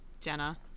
Jenna